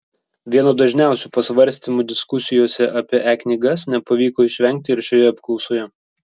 vieno dažniausių pasvarstymų diskusijose apie e knygas nepavyko išvengti ir šioje apklausoje